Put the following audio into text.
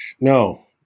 no